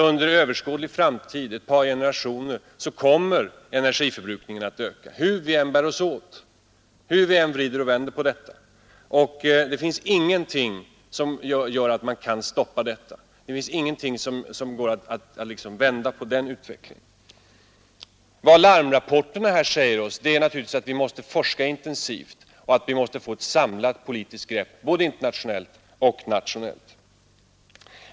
Under överskådlig framtid — ett par generationer — måste energiförbrukningen öka, hur vi än vrider och vänder på detta. Vi kan ingenting göra för att vända på den utvecklingen. Vad larmrapporterna om energiproblemen säger oss är naturligtvis att vi måste forska intensivt och att vi måste få ett samlat politiskt grepp över problemen, både internationellt och nationellt.